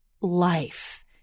life